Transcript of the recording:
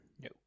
No